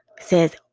says